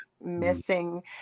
missing